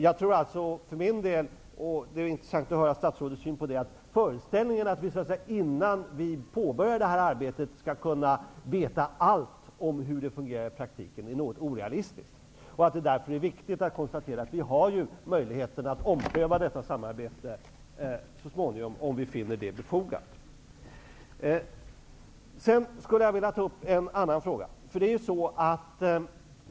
Jag tror alltså för min del -- det vore intressant att höra statsrådets syn på det -- att föreställningen att vi innan vi påbörjar arbetet skall kunna veta allt om hur det fungerar i praktiken är helt orimlig. Därför är det viktigt att konstatera att vi har möjligheten att ompröva detta samarbete så småningom, om vi finner det befogat. Sedan skulle jag vilja ta upp en annan fråga.